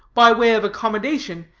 by way of accommodation,